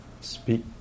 speak